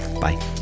bye